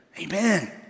Amen